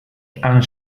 han